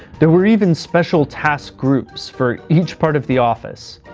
there were even special task groups for each part of the office.